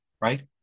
right